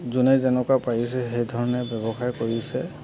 যোনেই যেনেকৈ পাৰিছে সেই ধৰণেই ব্যৱসায় কৰিছে